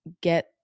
get